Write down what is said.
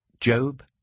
Job